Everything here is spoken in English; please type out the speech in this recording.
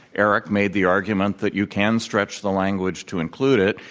eric made the argument that you can stretch the language to include it.